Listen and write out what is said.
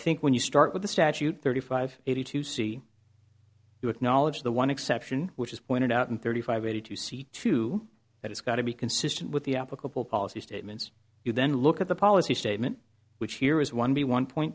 think when you start with the statute thirty five eighty two see you acknowledge the one exception which is pointed out in thirty five eighty to see to it it's got to be consistent with the applicable policy statements you then look at the policy statement which here is one b one point